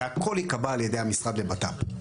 והכל ייקבע על ידי המשרד לבט"פ.